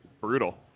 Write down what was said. Brutal